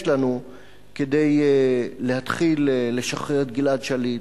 לנו כדי להתחיל לשחרר את גלעד שליט,